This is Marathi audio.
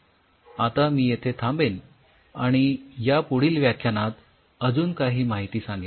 आता मी येथे थांबेन आणि यापुढील व्याख्यानात अजून काही माहिती सांगेन